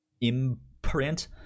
imprint